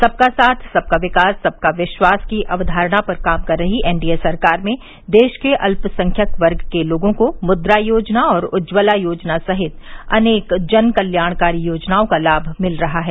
सबका साथ सबका विकास सबका विश्वास की अवधारणा पर काम कर रही एनडीए सरकार में देश के अल्पसंख्यक वर्ग के लोगों को मुद्रा योजना और उज्जवला योजना सहित अनेक जन कल्याणकारी योजनाओं का लाभ मिल रहा है